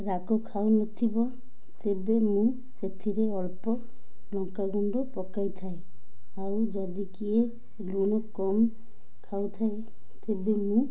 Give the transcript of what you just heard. ରାଗ ଖାଉନଥିବ ତେବେ ମୁଁ ସେଥିରେ ଅଳ୍ପ ଲଙ୍କା ଗୁଣ୍ଡ ପକାଇଥାଏ ଆଉ ଯଦି କିଏ ଲୁଣ କମ୍ ଖାଉଥାଏ ତେବେ ମୁଁ